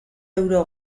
euro